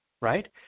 right